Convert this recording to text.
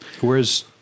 Whereas